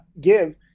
give